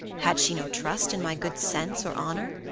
had she no trust in my good sense or honor?